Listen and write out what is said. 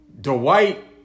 Dwight